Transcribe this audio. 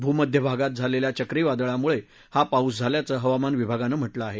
भूमध्य भागात झालेल्या चक्रीवादळामुळे हा पाऊस झाल्याचं हवामान विभागानं म्हार्क आहे